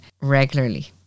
regularly